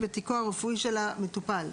בתיקו הרפואי של המטופל".